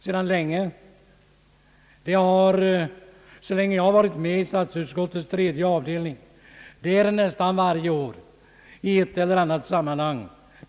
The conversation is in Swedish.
Så länge jag har varit med i statsutskottets tredje avdelning har denna fråga blivit diskuterad varje år i ett eller annat sammanhang.